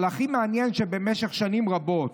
אבל הכי מעניין הוא שבמשך שנים רבות,